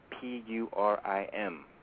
P-U-R-I-M